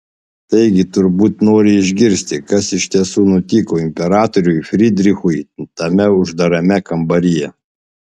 taigi turbūt nori išgirsti kas iš tiesų nutiko imperatoriui frydrichui tame uždarame kambaryje